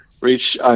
reach